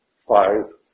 five